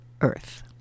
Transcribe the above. Earth